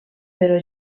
però